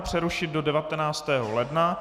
Přerušit do 19. ledna.